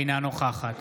אינה נוכחת